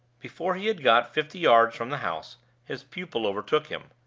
before he had got fifty yards from the house his pupil overtook him.